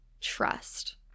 trust